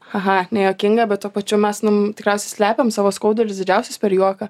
cha cha nejuokinga bet tuo pačiu mes nu tikriausiai slepiam savo skaudulius didžiausius per juoką